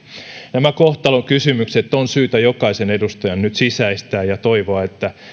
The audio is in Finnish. nämä kohtalonkysymykset on syytä jokaisen edustajan nyt sisäistää ja toivoa että